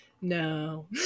No